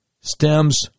stems